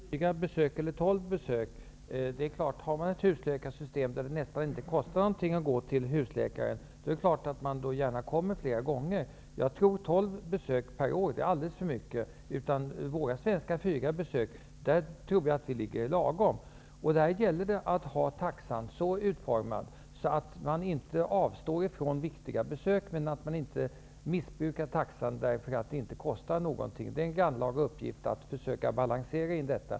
Herr talman! Man kan diskutera fyra eller tolv besök, men har man ett husläkarsystem där det kostar nästan ingenting att gå till husläkaren, är det klart att man gärna går flera gånger. Jag tror att tolv besök per år är alldeles för mycket. Fyra besök som i Sverige tror jag är lagom. Det gäller då att ha taxan så utformad att människor inte avstår från viktiga besök men att människor inte heller missbrukar systemet på grund av att det nästan inte kostar något. Det är en grannlaga uppgift att försöka balansera detta.